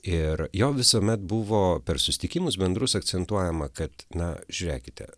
ir jo visuomet buvo per susitikimus bendrus akcentuojama kad na žiūrėkite